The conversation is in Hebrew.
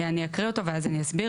אני אקריא אותו ואז אני אסביר.